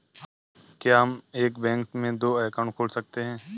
क्या हम एक बैंक में दो अकाउंट खोल सकते हैं?